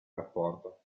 rapporto